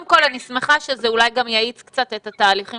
אני שמחה שזה אולי גם יאיץ קצת את התהליכים